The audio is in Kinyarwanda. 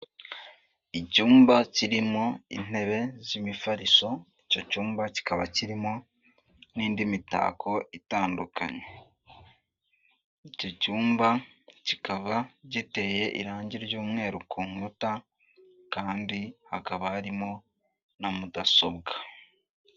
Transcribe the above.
Icyumba kirimo intebe z'imifariso, icyo cyumba kikaba kirimo n'indi mitako itandukanye, icyo cyumba kikaba giteye irangi ry'umweru ku nkuta, kandi hakaba harimo na mudasobwa.